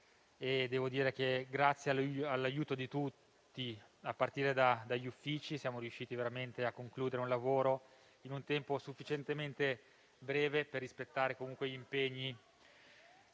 minuti fa. Grazie all'aiuto di tutti, a partire dagli Uffici, siamo riusciti a concludere il lavoro in un tempo sufficientemente breve per rispettare gli impegni